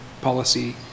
policy